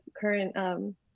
current